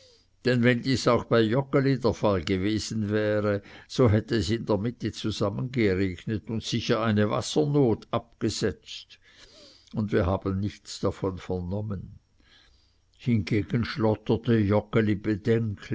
denn wenn dies auch bei joggeli der fall gewesen wäre so hätte es in der mitte zusammengeregnet und sicher eine wassernot abgesetzt und wir haben nichts davon vernommen hingegen schlotterte